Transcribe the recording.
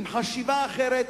עם חשיבה אחרת,